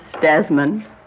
Desmond